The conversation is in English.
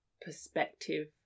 perspective